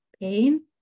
pain